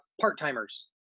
part-timers